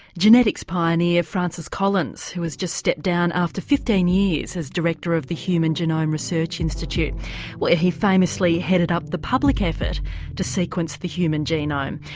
genetics pioneer francis collins who has just stepped down after fifteen years as director of the human genome research institute where he famously headed up the public effort to sequence the human genome.